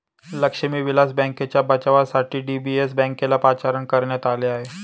लक्ष्मी विलास बँकेच्या बचावासाठी डी.बी.एस बँकेला पाचारण करण्यात आले आहे